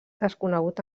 desconegut